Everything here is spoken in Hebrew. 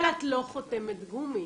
אבל את לא חותמת גומי.